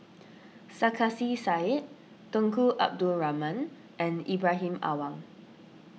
Sarkasi Said Tunku Abdul Rahman and Ibrahim Awang